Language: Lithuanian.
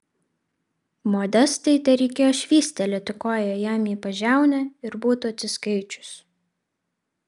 modestai tereikėjo švystelėti koja jam į pažiaunę ir būtų atsiskaičius